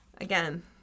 Again